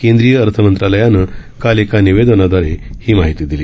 केंद्रीय अर्थ मंत्रालयानं काल एका निवेदनादवारे ही माहिती दिली